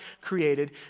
created